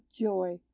joy